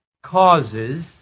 causes